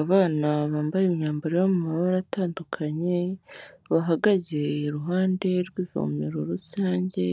Abana bambaye imyambaro yo mu mabara atandukanye, bahagaze iruhande rw'ivomero rusange,